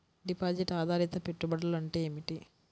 Deposit ఆధారిత పెట్టుబడులు అంటే ఏమిటి?